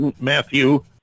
Matthew